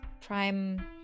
prime